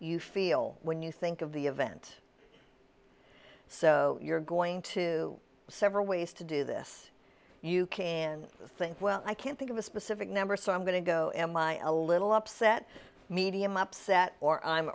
you feel when you think of the event so you're going to several ways to do this you can think well i can't think of a specific number so i'm going to go a little upset medium upset or i'm